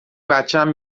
بچم